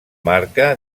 marca